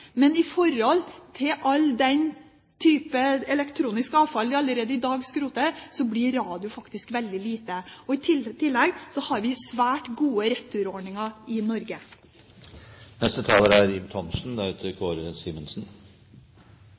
Men i forhold til all den type elektronisk avfall vi allerede i dag skroter, blir radioandelen faktisk veldig liten. I tillegg har vi svært gode returordninger i Norge, DAB+ eller DAB – alle skjønner, alle vil, og alle er